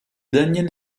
daniel